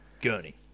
Gurney